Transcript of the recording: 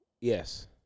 yes